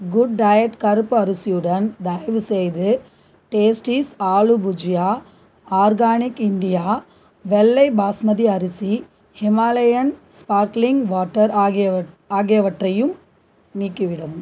good Diet கருப்பு அரிசியுடன் தயவுசெய்து Tasties aloo bhujia Organic India வெள்ளை பாஸ்மதி அரிசி ஹிமாலயன் ஸ்பார்க்லிங் வாட்டர் ஆகியவ் ஆகியவற்றையும் நீக்கிவிடவும்